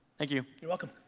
thank you. you're welcome.